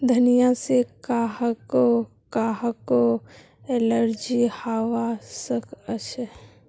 धनिया से काहको काहको एलर्जी हावा सकअछे